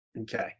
Okay